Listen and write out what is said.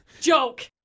joke